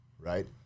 right